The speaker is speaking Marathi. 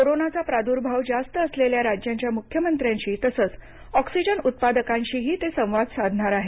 कोरोनाचा प्रादुर्भाव जास्त असलेल्या राज्यांच्या मुख्यमंत्र्यांशी तसंच ऑक्सिजन उत्पादकांशी ही ते संवाद साधणार आहेत